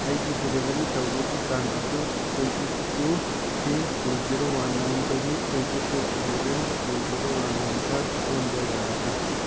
ꯑꯩꯒꯤ ꯗꯦꯂꯤꯕꯔꯤ ꯇꯧꯕꯒꯤ ꯇꯥꯡ ꯑꯗꯨ twenty two three two zero one ꯅꯥꯏꯟꯗꯒꯤ twenty two eleven two zero one ꯅꯥꯏꯟꯗ ꯑꯣꯟꯕ ꯌꯥꯒꯗ꯭ꯔ